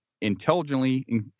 intelligently